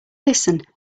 listen